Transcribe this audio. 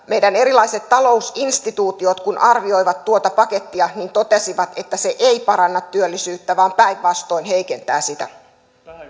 kun meidän erilaiset talousinstituutiot arvioivat tuota pakettia ne totesivat että se ei paranna työllisyyttä vaan päinvastoin heikentää sitä